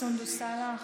סונדוס סאלח